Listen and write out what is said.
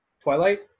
twilight